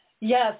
Yes